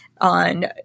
on